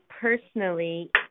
personally